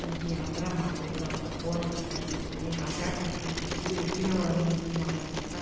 ಹುಗ್ಗಿ ಯಾವ ಥರ ಮಾಡಬೇಕು ಅಂತ ಫೋನ್ ಹಚ್ಚಿ ಕೇಳ್ತಿದ್ನಿ ರೀ ಹಸ್ಯಾಡ್ತಿದ್ದರು ಹುಗ್ಗಿನೇ ಬರಲ್ಲ ಈಕಿಗೆ ಮಾಡಕ್ಕಂತ